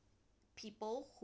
people who